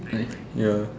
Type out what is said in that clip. ya